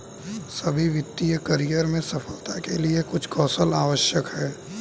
सभी वित्तीय करियर में सफलता के लिए कुछ कौशल आवश्यक हैं